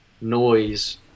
noise